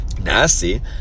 nasty